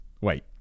Wait